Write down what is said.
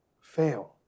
fail